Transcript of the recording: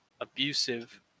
abusive